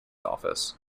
office